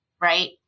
right